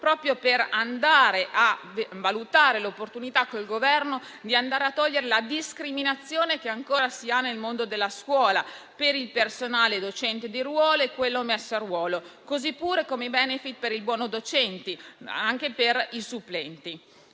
il Governo a valutare l'opportunità di togliere la discriminazione che ancora c'è nel mondo della scuola per il personale docente di ruolo e quello messo a ruolo, così pure come i *benefit* per il buono docenti, anche per i supplenti.